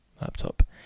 laptop